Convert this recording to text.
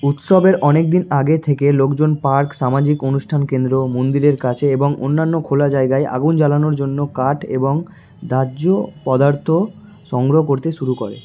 উৎসবের অনেক দিন আগে থেকে লোকজন পার্ক সামাজিক অনুষ্ঠানকেন্দ্র মন্দিরের কাছে এবং অন্যান্য খোলা জায়গায় আগুন জ্বালানোর জন্য কাঠ এবং দাহ্য পদার্থ সংগ্রহ করতে শুরু করে